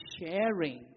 sharing